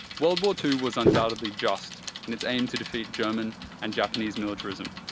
world war two was undoubtedly just in its aim to defeat german and japanese militarism.